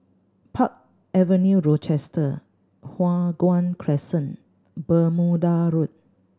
Park Avenue Rochester Hua Guan Crescent Bermuda Road